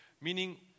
meaning